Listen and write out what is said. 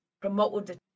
Promoted